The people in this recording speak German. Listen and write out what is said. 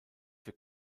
für